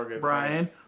Brian